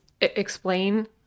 explain